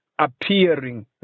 appearing